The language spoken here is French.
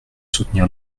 soutenir